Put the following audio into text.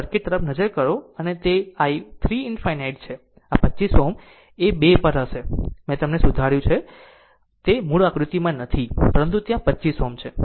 circuit તરફ નજર કરો અને તે i 3 ∞ છે આ 25 Ω એ 2 પર હશે તે છે કે મેં તેને સુધાર્યું છે તે મૂળ આકૃતિમાં નથી પરંતુ ત્યાં 25 Ω છે